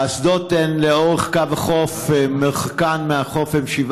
האסדות הן לאורך קו החוף, ומרחקן מהחוף הוא 7